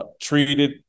treated